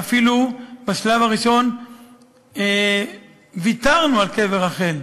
בשלב הראשון אפילו ויתרנו על קבר רחל.